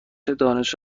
دانش